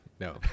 no